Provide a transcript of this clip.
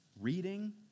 reading